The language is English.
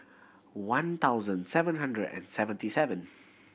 one thousand seven hundred and seventy seven